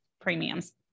premiums